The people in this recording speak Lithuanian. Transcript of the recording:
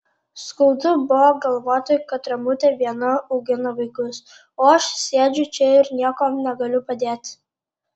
skaudu buvo galvoti kad ramutė viena augina vaikus o aš sėdžiu čia ir niekuom negaliu padėti